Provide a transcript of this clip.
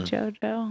JoJo